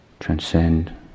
transcend